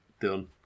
Done